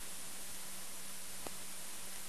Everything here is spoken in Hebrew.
כזאת.